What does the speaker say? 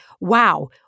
Wow